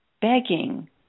Begging